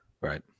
right